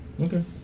Okay